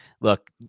look